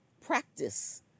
Practice